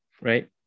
right